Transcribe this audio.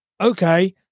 okay